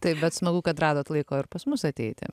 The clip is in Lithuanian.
taip bet smagu kad radot laiko ir pas mus ateiti